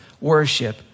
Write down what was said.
worship